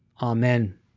amen